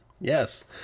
Yes